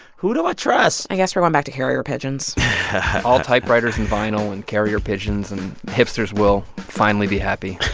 who do i trust? i guess we're going back to carrier pigeons all typewriters and vinyl and carrier pigeons. and hipsters will finally be happy